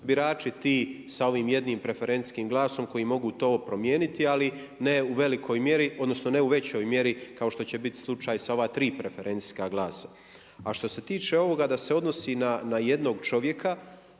birači ti sa ovim jednim preferencijskim glasom koji mogu to promijeniti ali ne u velikoj mjeri odnosno ne većoj mjeri odnosno ne u većoj mjeri kao što će biti slučaj sa ova tri preferencijska glasa. A što se tiče ovoga da se odnosi na jednog čovjeka,